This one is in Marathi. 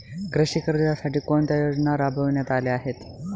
कृषी कर्जासाठी कोणत्या योजना राबविण्यात आल्या आहेत?